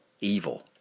evil